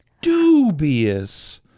dubious